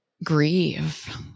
grieve